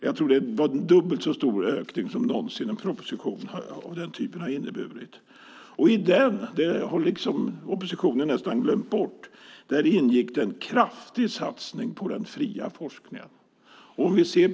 Jag tror att det var en dubbelt så stor ökning som en proposition av den typen någonsin har inneburit. Oppositionen har nästan glömt bort att det ingick en kraftig satsning på den fria forskningen i den.